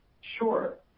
Sure